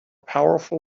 powerful